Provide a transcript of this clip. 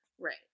Right